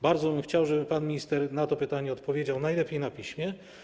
Bardzo bym chciał, żeby pan minister na to pytanie odpowiedział, najlepiej na piśmie.